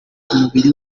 umubiri